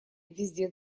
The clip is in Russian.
везде